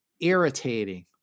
Irritating